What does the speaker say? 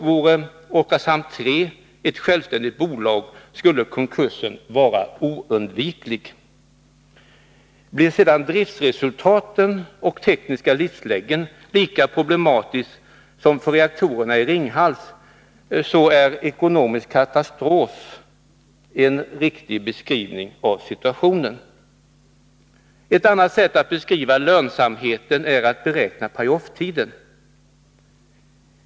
Vore Oskarshamn 3 ett självständigt bolag, skulle konkursen vara oundviklig. Blir sedan driftsresultaten och den tekniska livslängden lika problematisk som för reaktorerna i Ringhals är ”ekonomisk katastrof” en riktig beskrivning av situationen. Ett annat sätt att beskriva lönsamheten är att beräkna pay off-tiden.